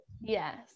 Yes